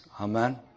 Amen